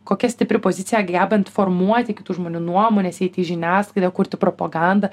kokia stipri pozicija gebant formuoti kitų žmonių nuomones eiti į žiniasklaidą kurti propagandą